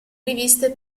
riviste